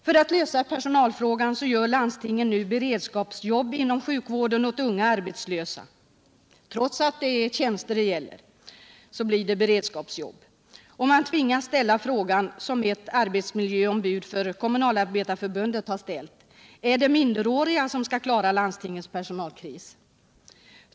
För att lösa personalfrågan ger landstingen nu beredskapsjobb inom sjukvården åt unga arbetslösa. Trots att det är tjänster det gäller blir det ett beredskapsjobb, och man tvingas ställa den fråga som ett arbetsmiljöombud för Kommunalarbetareförbundet ställt: Är det minderåriga som skall klara landstingens personalkris?